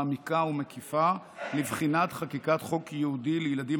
מעמיקה ומקיפה לבחינת חקיקת חוק ייעודי לילדים